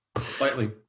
Slightly